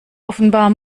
offenbar